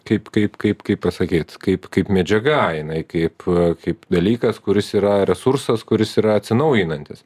kaip kaip kaip kaip pasakyt kaip kaip medžiaga jinai kaip kaip dalykas kuris yra resursas kuris yra atsinaujinantis